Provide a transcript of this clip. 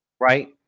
right